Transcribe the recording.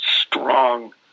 strong